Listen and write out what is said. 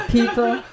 People